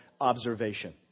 observation